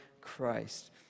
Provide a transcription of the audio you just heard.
Christ